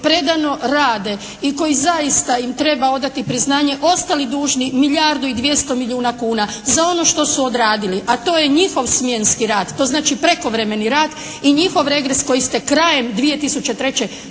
predano rade i koji zaista im treba odati priznanje ostali dužni milijardu i 200 milijuna kuna za ono što su odradili, a to je njihov smjenski rad. To znači prekovremeni rad i njihov regres koji ste krajem 2003.